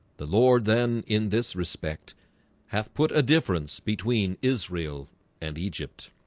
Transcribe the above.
the lord then in this respect have put a difference between israel and egypt